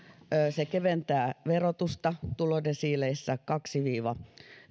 keventää verotusta tulodesiileissä kaksi viiva